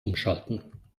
umschalten